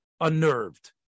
unnerved